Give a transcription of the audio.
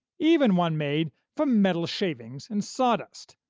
even one made from metal shavings and sawdust.